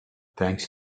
thanks